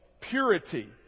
purity